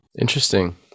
Interesting